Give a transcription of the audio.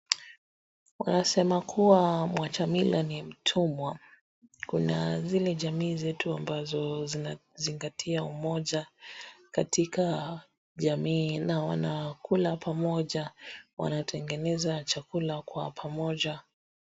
Wanasema kuwa mwacha mila ni mtumwa, kuna zile jamii zetu ambazo zinazingatia umoja katika jamii na wanakula pamoja, wanatengeneza chakula kwa pamoja.